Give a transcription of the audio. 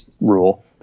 rule